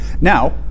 Now